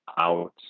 out